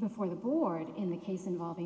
before the board in the case involving